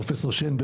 פרופ' שיין,